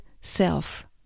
self